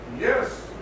Yes